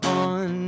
on